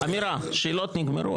אמירה, שאלות נגמרו.